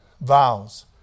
Vows